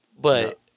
but-